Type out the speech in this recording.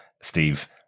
Steve